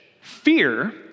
fear